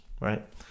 right